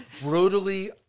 Brutally